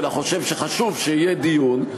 אלא חושב שחשוב שיהיה דיון.